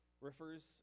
refers